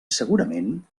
segurament